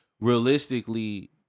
realistically